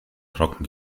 trocken